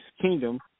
Kingdom